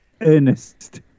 Ernest